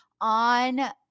on